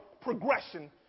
progression